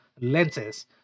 lenses